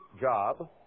job